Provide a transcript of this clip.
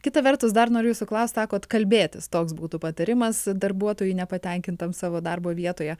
kita vertus dar noriu jūsų klaust sakot kalbėtis toks būtų patarimas darbuotojui nepatenkintam savo darbo vietoje